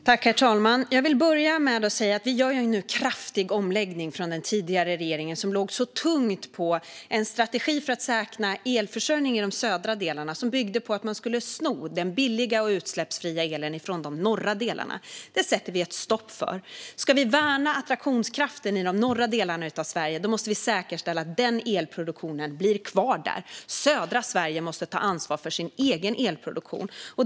Herr talman! Vi gör nu en kraftig omläggning från den tidigare regeringens strategi för att säkra elförsörjningen i de södra delarna av landet. Den strategin byggde tungt på att man skulle sno den billiga och utsläppsfria elen från de norra delarna. Det sätter vi stopp för. Ska vi värna attraktionskraften i de norra delarna av Sverige måste vi säkerställa att den elproduktionen blir kvar där. Södra Sverige måste ta ansvar för sin egen elproduktion.